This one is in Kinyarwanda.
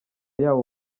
yaba